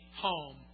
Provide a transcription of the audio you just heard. home